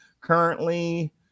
currently